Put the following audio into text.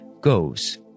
goes